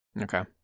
Okay